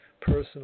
personal